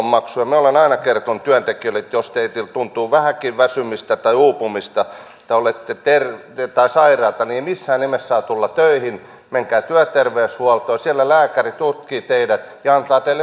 minä olen aina kertonut työntekijöille että jos teillä tuntuu vähänkin väsymistä tai uupumista tai olette sairaita niin ei missään nimessä saa tulla töihin menkää työterveyshuoltoon siellä lääkäri tutkii teidät ja antaa teille sairauslomaa